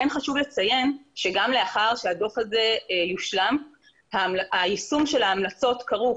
חשוב לציין שגם לאחר שהדוח הזה יושלם היישום של ההמלצות כרוך,